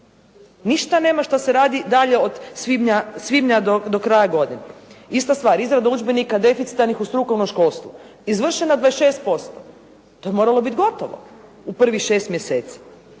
Ništa nema šta se radi dalje od svibnja do kraja godine. Ista stvar, izrada udžbenika deficitarnih u strukovnom školstvu. Izvršena 26%. To bi moralo biti gotovo u prvih 6 mjeseci.